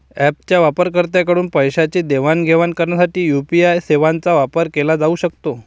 ऍपच्या वापरकर्त्यांकडून पैशांची देवाणघेवाण करण्यासाठी यू.पी.आय सेवांचा वापर केला जाऊ शकतो